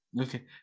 okay